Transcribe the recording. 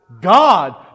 God